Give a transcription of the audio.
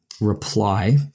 reply